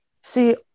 see